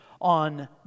on